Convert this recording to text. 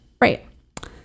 right